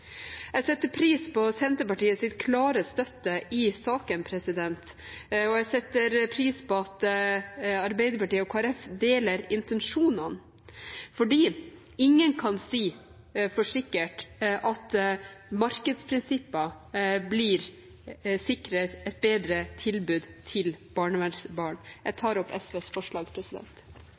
Jeg setter pris på Senterpartiets klare støtte i saken, og jeg setter pris på at Arbeiderpartiet og Kristelig Folkeparti deler intensjonene, for ingen kan si for sikkert at markedsprinsipper sikrer et bedre tilbud til barnevernsbarn. Jeg tar opp SVs forslag.